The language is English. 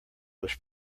was